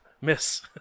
Miss